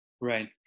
Right